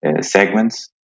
segments